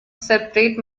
separate